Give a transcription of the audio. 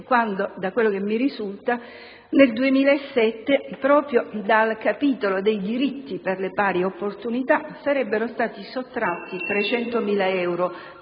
Ministro: da quello che mi risulta, nel 2007 proprio dal capitolo dei diritti per le pari opportunità sarebbero stati sottratti 300.000 euro